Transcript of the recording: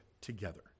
together